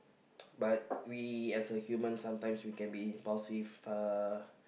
but we as a humans we can be impulsive uh